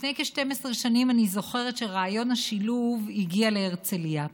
לפני כ-12 שנים אני זוכרת שרעיון השילוב הגיע להרצליה,